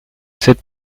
cette